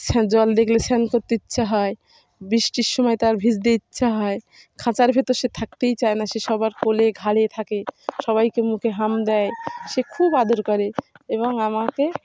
জল দেখলে স্নান করতে ইচ্ছা হয় বৃষ্টির সময় তার ভিজতে ইচ্ছা হয় খাঁচার ভেতর সে থাকতেই চায় না সে সবার কোলে ঘাড়ে থাকে সবাইকে মুখে হাম দেয় সে খুব আদর করে এবং আমাকে